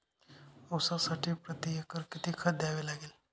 ऊसासाठी प्रतिएकर किती खत द्यावे लागेल?